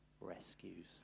rescues